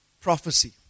Prophecy